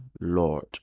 Lord